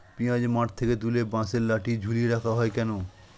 পিঁয়াজ মাঠ থেকে তুলে বাঁশের লাঠি ঝুলিয়ে রাখা হয় কেন?